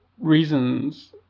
reasons